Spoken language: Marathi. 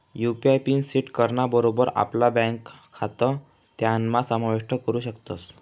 यू.पी.आय पिन सेट कराना बरोबर आपला ब्यांक खातं त्यानाम्हा समाविष्ट करू शकतस